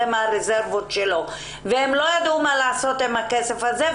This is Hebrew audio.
מהרזרבות שלו והם לא ידעו מה לעשות עם הכסף הזה.